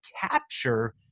capture